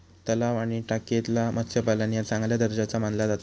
तलाव आणि टाकयेतला मत्स्यपालन ह्या चांगल्या दर्जाचा मानला जाता